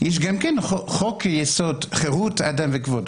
יש גם חוק יסוד: כבוד האדם וחרותו.